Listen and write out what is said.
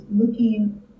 looking